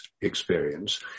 experience